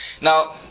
Now